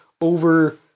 over